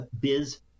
biz